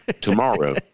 tomorrow